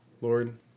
Lord